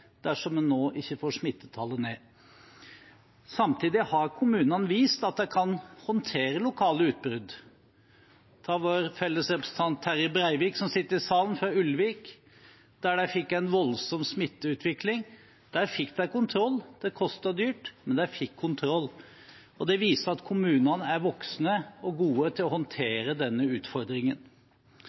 dersom en nå ikke får smittetallet ned. Samtidig har kommunene vist at de kan håndtere lokale utbrudd. Ta vår felles representant Terje Breivik, som sitter i salen, fra Ulvik, der de fikk en voldsom smitteutvikling. Der fikk de kontroll. Det kostet dyrt, men de fikk kontroll. Det viser at kommunene er voksne og gode til å håndtere denne utfordringen.